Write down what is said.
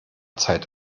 zeit